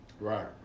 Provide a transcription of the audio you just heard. Right